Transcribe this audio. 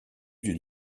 d’une